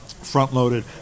front-loaded